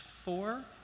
four